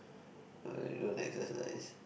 I don't exercise